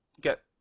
get